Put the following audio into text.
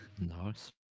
Nice